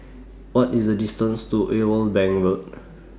What IS The distance to Irwell Bank Road